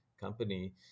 company